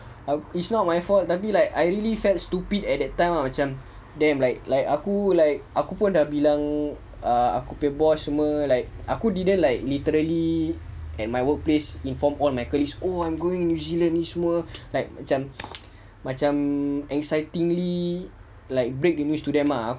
it's not my fault tapi like I really felt stupid at that time ah macam damn like like aku like aku pun dah bilang err aku punya boss semua like aku didn't like literally at my workplace inform all my colleagues oh I'm going new zealand ni semua like macam macam excitingly like break the news to them ah